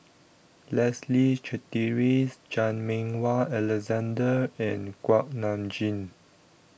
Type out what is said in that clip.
Leslie Charteris Chan Meng Wah Alexander and Kuak Nam Jin